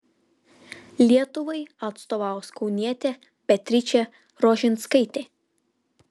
lietuvai atstovaus kaunietė beatričė rožinskaitė